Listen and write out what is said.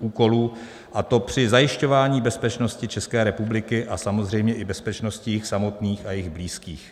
úkolů, a to při zajišťování bezpečnosti ČR a samozřejmě i bezpečností jjich samotných a jejich blízkých.